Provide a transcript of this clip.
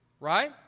right